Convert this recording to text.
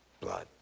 blood